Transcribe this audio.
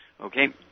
okay